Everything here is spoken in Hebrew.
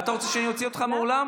אתה רוצה שאני אוציא אותך מהאולם?